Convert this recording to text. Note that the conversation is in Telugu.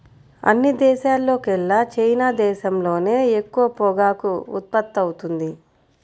అన్ని దేశాల్లోకెల్లా చైనా దేశంలోనే ఎక్కువ పొగాకు ఉత్పత్తవుతుంది